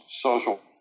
social